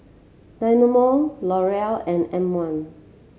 Dynamo L'Oreal and M one